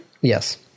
Yes